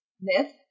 myth